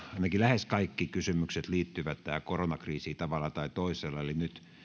ainakin lähes kaikki kysymykset liittyvät tähän koronakriisiin tavalla tai toisella eli